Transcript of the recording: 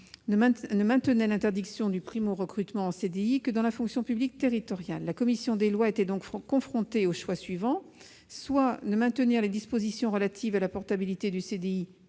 ne maintenait l'interdiction du primo-recrutement en CDI que dans la fonction publique territoriale. La commission des lois était donc confrontée au choix suivant : soit ne maintenir les dispositions relatives à la portabilité du CDI